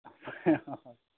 অ'